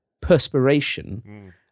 perspiration